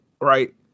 right